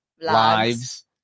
lives